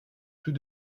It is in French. tout